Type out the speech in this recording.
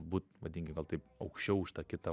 būt vadinkim gal taip aukščiau už tą kitą